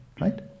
right